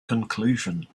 conclusion